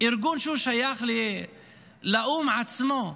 ארגון ששייך לאו"ם עצמו,